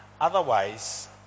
Otherwise